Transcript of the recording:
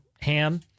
ham